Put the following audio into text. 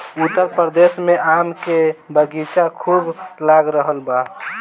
उत्तर प्रदेश में आम के बगीचा खूब लाग रहल बा